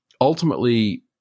ultimately